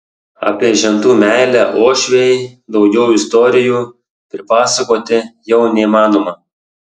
apie žentų meilę uošvei daugiau istorijų pripasakoti jau neįmanoma